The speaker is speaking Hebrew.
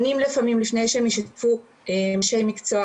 שנים לפעמים לפני שהם ישתפו אנשי מקצוע